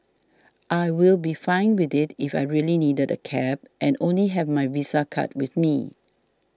I'll be fine with it if I really needed a cab and only have my Visa card with me